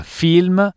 film